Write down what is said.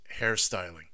hairstyling